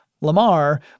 Lamar